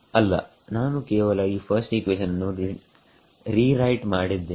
ಅಲ್ಲ ನಾನು ಕೇವಲ ಈ ಫರ್ಸ್ಟ್ ಇಕ್ವೇಷನ್ ಅನ್ನು ರಿರೈಟ್ ಮಾಡಿದ್ದೇನೆ